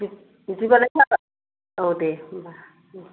बिदिबालाय औ दे होनबा औ